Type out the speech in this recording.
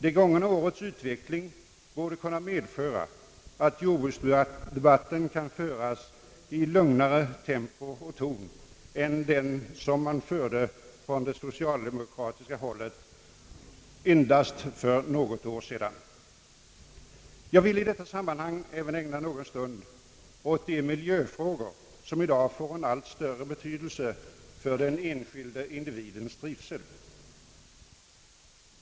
Det gångna årets utveckling borde kunna medföra att jordbruksdebatten kan föras i en något lugnare ton än den som man använde från det socialdemokratiska hållet för endast något år sedan. Jag vill i detta sammanhang även ägna någon stund åt de miljöfrågor, som i dag får en allt större betydelse för den enskilde individens trivsel.